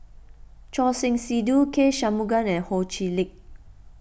Choor Singh Sidhu K Shanmugam and Ho Chee Lick